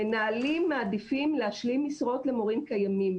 המנהלים מעדיפים להשלים משרות למורים קיימים.